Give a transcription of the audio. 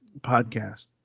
podcast